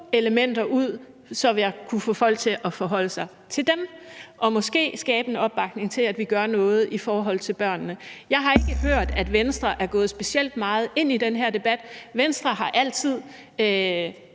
elementer ud, så jeg kunne få folk til at forholde sig til dem og måske skabe en opbakning til, at vi gør noget i forhold til børnene. Jeg har ikke hørt, at Venstre er gået specielt meget ind i den her debat. Venstre har altid